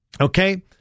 Okay